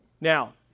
Now